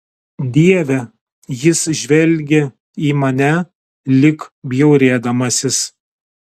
dieve jis žvelgė į mane lyg bjaurėdamasis